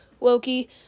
Loki